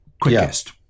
quickest